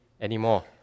anymore